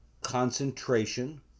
concentration